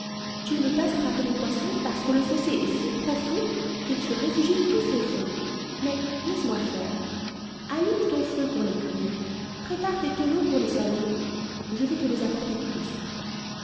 tu ne peux pas attraper les poissons parce que le fossé est si profond qu'ils se réfugient tous au fond mais laisse-moi faire allume ton feu pour les cuire prépare tes tonneaux pour les saler je vais te les apporter tous